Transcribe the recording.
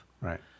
Right